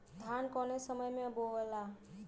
धान कौने मौसम मे बोआला?